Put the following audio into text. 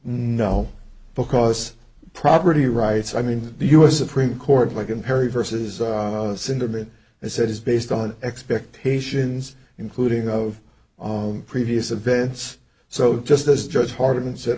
no because property rights i mean the u s supreme court like in perry versus sentiment they said is based on expectations including of on previous events so just as judge hartman said